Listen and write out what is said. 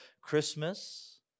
Christmas